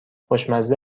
خوشمزه